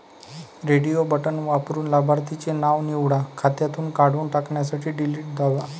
radio button वापरून लाभार्थीचे नाव निवडा, खात्यातून काढून टाकण्यासाठी डिलीट दाबा